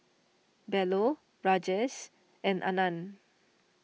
Bellur Rajesh and Anand